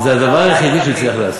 זה הדבר היחיד שהוא הצליח לעשות.